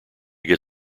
get